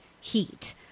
heat